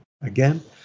Again